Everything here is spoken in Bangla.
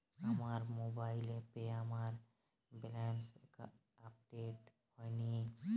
আমার মোবাইল অ্যাপে আমার ব্যালেন্স আপডেট হয়নি